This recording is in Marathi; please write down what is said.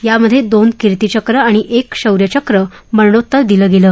यामध्ये दोन किर्ती चक्र आणि एक शौर्य चक्र मरणोत्तर दिलं गेलं